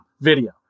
video